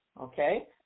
okay